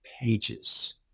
pages